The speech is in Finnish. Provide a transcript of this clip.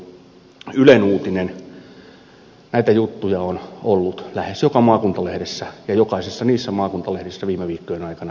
näitä juttuja on ollut lähes joka maakuntalehdessä ja jokaisen maakunnan lehdessä missä ministeri virkkunen on vieraillut viime viikkojen aikana